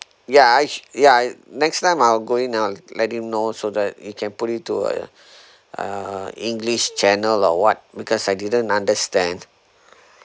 ya actual~ ya next time I'll going on let him know so that you can put it to a uh english channel or what because I didn't understand